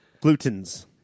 Glutens